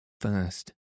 First